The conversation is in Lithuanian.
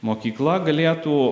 mokykla galėtų